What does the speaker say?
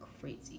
crazy